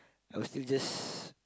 I'll still just